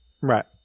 Right